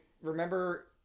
remember